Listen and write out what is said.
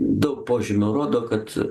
daug požymių rodo kad